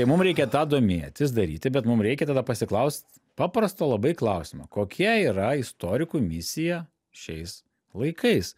tai mum reikia tą domėtis daryti bet mum reikia tada pasiklaust paprasto labai klausimo kokia yra istorikų misija šiais laikais